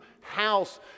house